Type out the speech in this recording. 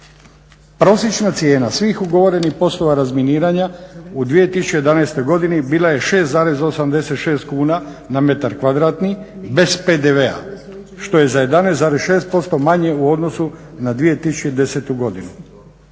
Prosječna cijena svih ugovorenih poslova razminiranja u 2011. godini bila je 6,86 kuna na metar kvadratni bez PDV-a što je za 11,6% manje u odnosu na 2010. godinu.